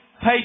pay